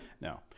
No